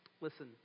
Listen